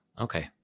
Okay